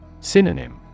Synonym